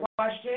question